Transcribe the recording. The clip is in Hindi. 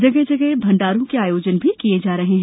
जगह जगह भण्डारों के आयोजन भी किये जा रहे है